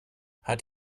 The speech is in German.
hat